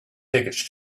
tickets